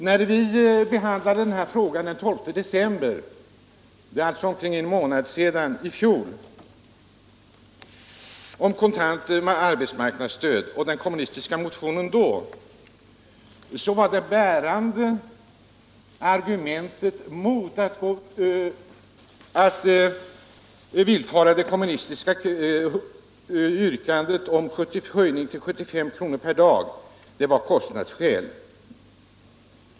När vi i fjol vid den här tiden behandlade den kommunistiska motionen om det kontanta arbetsmarknadsstödet var det bärande argumentet mot att villfara det kommunistiska yrkandet om en höjning till 75 kr. per 133 dag kostnadsskälen.